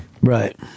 Right